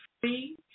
free